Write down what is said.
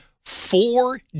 four